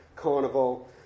Carnival